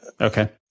okay